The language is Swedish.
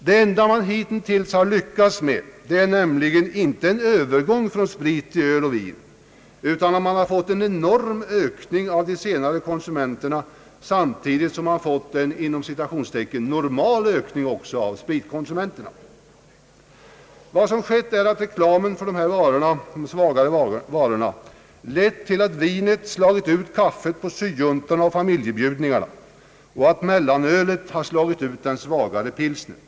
Det enda man hittills har lyckats med är nämligen inte en övergång från sprit till vin och öl, utan man har fått en enorm ökning av öloch vinkonsumtionen, samtidigt som man har fått en »normal» ökning av spritkonsumtionen. Vad som har skett är att reklamen för dessa svagare varor lett till att vinet slagit ut kaffet på syjuntorna och familjebjudningarna och att mellanölet har slagit ut den svagare pilsnern.